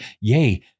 yea